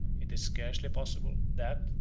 it is scarcely possible, that,